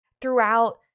throughout